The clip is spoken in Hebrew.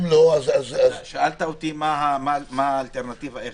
שאלת אותי מה האלטרנטיבה.